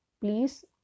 please